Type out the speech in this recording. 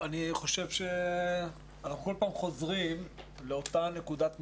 אנחנו כל פעם חוזרים לאותה נקודת מוצא.